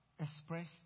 express